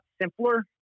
simpler